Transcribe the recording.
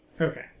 Okay